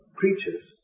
creatures